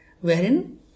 Wherein